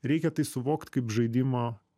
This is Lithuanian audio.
reikia tai suvokt kaip žaidimo